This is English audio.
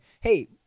Hey